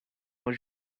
was